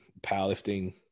powerlifting